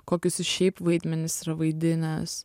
kokius jis šiaip vaidmenis yra vaidinęs